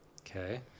Okay